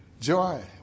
Joy